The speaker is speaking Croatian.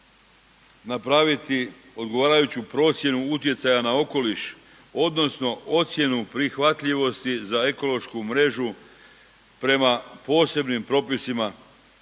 napraviti odgovarajuću procjenu utjecaja na okoliš odnosno ocjenu prihvatljivosti za ekološku mrežu prema posebnim propisima osim